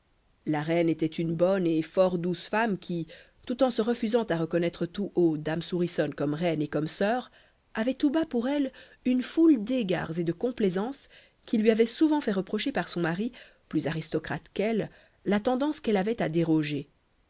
la reine était une bonne et fort douce femme qui tout en se refusant à reconnaître tout haut dame souriçonne comme reine et comme sœur avait tout bas pour elle une foule d'égards et de complaisances qui lui avaient souvent fait reprocher par son mari plus aristocrate qu'elle la tendance qu'elle avait à déroger